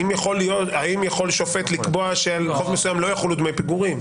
האם יכול שופט לקבוע שעל חוב מסוים לא יחולו דמי פיגורים.